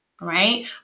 right